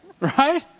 Right